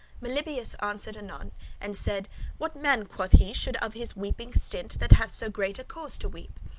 meliboeus answered anon and said what man, quoth he, should of his weeping stint, that hath so great a cause to weep?